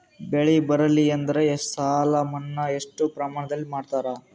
ಬೆಳಿ ಬರಲ್ಲಿ ಎಂದರ ಸಾಲ ಮನ್ನಾ ಎಷ್ಟು ಪ್ರಮಾಣದಲ್ಲಿ ಮಾಡತಾರ?